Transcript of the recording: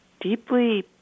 deeply